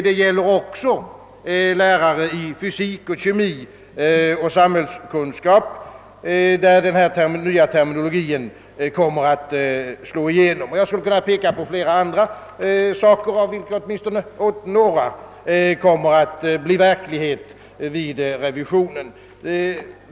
Detta gäller också lärare i fysik, kemi och samhällskunskap, i vilka ämnen den nya terminologin kommer att slå igenom. Jag skulle kunna peka på flera andra saker, varav åtminstone några kommer att bli verklighet vid revisionen.